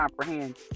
comprehend